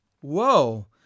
Whoa